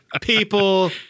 people